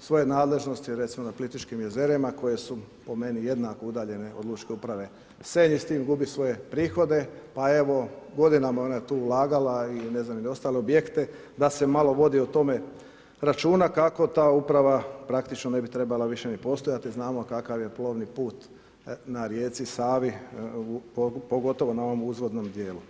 svoju nadležnosti recimo na Plitvičkim jezerima, koje su po meni, jednako udaljene od lučke uprave Senj i s tim gubi svoje prihode pa evo, godinama je ona tu ulagala i ne znam u ostale objekte, da se malo o tome vodi račune, kako ta uprava praktičko ne bi trebala više ni postojati, znamo kakav je plovni put na rijeci Savi, pogotovo na ovom uzvodnom dijelu.